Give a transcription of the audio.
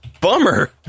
bummer